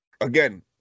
again